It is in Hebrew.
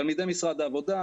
תלמידי משרד העבודה,